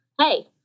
Hey